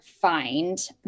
find